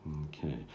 okay